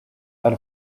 out